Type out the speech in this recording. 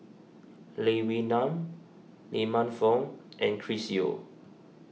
Lee Wee Nam Lee Man Fong and Chris Yeo